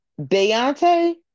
Deontay